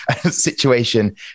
situation